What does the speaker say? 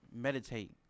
meditate